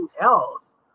else